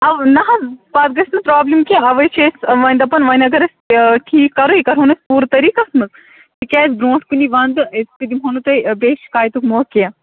اَوٕ نہ حظ پَتہٕ گژھِ نہٕ پرٛابلِم کیٚنہہ اَوَے چھِ أسۍ وۄنۍ دَپان وۄنۍ اگر أسۍ ٹھیٖک کَرو یہِ کَرہُن أسۍ پوٗرٕ طریٖقَس منٛز تِکیٛازِ برٛونٛٹھ کُن یی ونٛدٕ أسۍ دِمہَو نہٕ تۄہہِ بیٚیہِ شِکایِتُک موقعہٕ کیٚنہہ